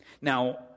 Now